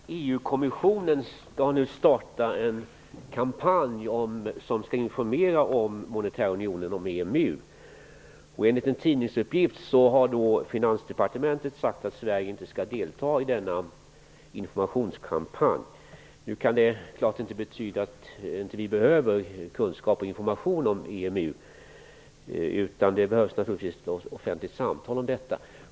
Herr talman! EU-kommissionen skall nu starta en kampanj för att informera om den monetära unionen, EMU. Enligt en tidningsuppgift har Finansdepartementet sagt att Sverige inte skall delta i denna informationskampanj. Det behöver självklart inte betyda att vi inte behöver kunskap och information om EMU, men det behövs ett offentligt samtal om detta.